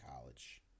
college